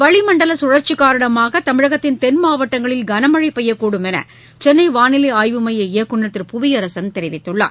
வளிமண்டல கழற்சி காரணமாக தமிழகத்தின் தென் மாவட்டங்களில் கனமழை பெய்யக்கூடும் என சென்னை வானிலை ஆய்வு மைய இயக்குநர் திரு புவியரசன் தெரிவித்துள்ளார்